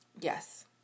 Yes